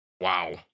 wow